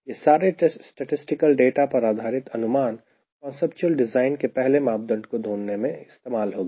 यह सारे statistical data पर आधारित अनुमान कांसेप्चुअल डिज़ाइन के पहले मापदंड को ढूंढने में इस्तेमाल होगी